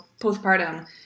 postpartum